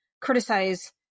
criticize